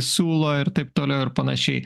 siūlo ir taip toliau ir panašiai